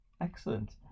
Excellent